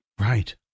Right